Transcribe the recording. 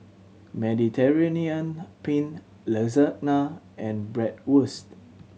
Mediterranean Penne Lasagna and Bratwurst